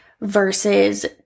versus